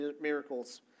miracles